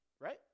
right